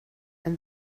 and